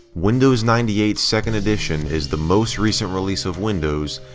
windows ninety eight second edition is the most recent release of windows,